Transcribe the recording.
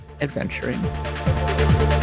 adventuring